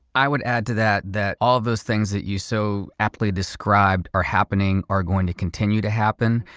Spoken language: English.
i would add to that that all of those things that you so aptly described are happening, are going to continue to happen.